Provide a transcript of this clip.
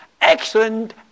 excellent